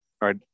right